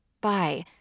Bye